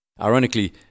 Ironically